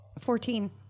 Fourteen